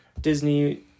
Disney